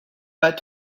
pas